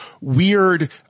weird